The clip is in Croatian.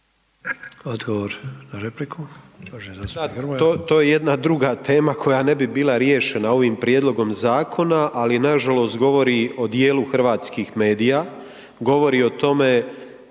Odgovor na repliku,